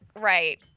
Right